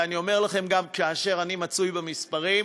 ואני אומר לכם, גם כאשר אני מצוי במספרים,